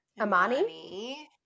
Amani